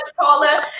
Paula